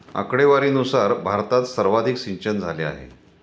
आकडेवारीनुसार भारतात सर्वाधिक सिंचनझाले आहे